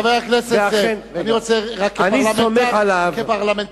אני סומך עליו.